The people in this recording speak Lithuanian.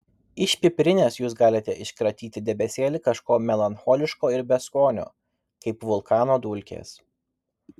iš pipirinės jūs galite iškratyti debesėlį kažko melancholiško ir beskonio kaip vulkano dulkės